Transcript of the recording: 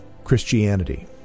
Christianity